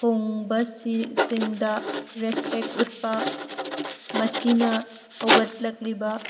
ꯊꯣꯡꯕꯁꯤꯡꯗ respect ꯎꯠꯄ ꯃꯁꯤꯅ ꯍꯧꯒꯠꯂꯛꯂꯤꯕ